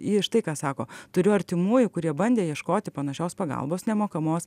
ji štai ką sako turiu artimųjų kurie bandė ieškoti panašios pagalbos nemokamos